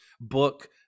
book